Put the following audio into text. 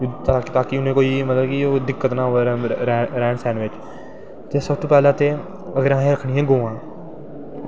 ताकि उ'नेंगी कोई दिक्कत नी अवै रैह्न सैह्न बिच्च ते सब तो पैह्लैं असैं रक्खनियां गवां